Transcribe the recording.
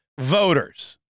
voters